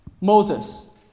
Moses